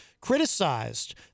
criticized